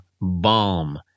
balm